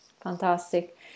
Fantastic